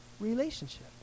relationship